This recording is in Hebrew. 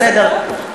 בסדר.